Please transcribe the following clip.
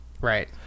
right